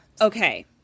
okay